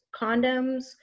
condoms